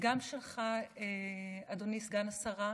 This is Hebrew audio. גם שלך, אדוני סגן השרה,